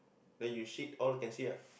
then you shit all can see ah